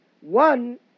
one